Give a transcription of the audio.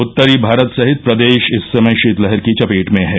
उत्तरी भारत सहित प्रदेश इस समय शीतलहर की चपेट में हैं